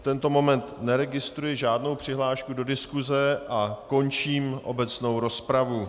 V tento moment neregistruji žádnou přihlášku do diskuse a končím obecnou rozpravu.